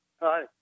Hi